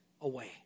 away